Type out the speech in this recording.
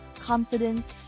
confidence